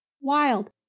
wild